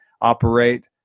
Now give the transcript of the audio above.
operate